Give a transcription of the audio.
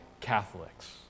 Catholics